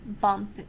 bump